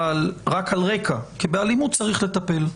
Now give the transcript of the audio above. אבל רק על רקע, כי באלימות צריך לטפל.